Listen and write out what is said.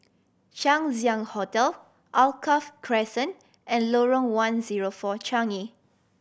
Chang Ziang Hotel Alkaff Crescent and Lorong One Zero Four Changi